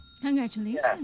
Congratulations